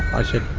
i said,